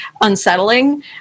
unsettling